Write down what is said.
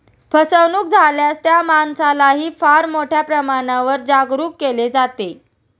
फसवणूक झाल्यास त्या माणसालाही फार मोठ्या प्रमाणावर जागरूक केले जाते